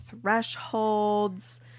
thresholds